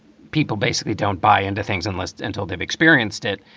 people basically don't buy into things unless until they've experienced it.